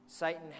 Satan